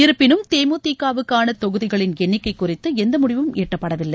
இருப்பினும் தேமுதிக வுக்கான தொகுதிகளின் எண்ணிக்கை குறித்து எந்த முடிவும் எட்டப்படவில்லை